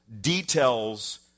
details